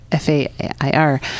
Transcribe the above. Fair